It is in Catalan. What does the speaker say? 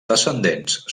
descendents